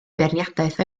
beirniadaeth